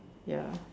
ya